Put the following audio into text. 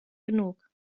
genug